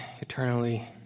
eternally